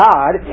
God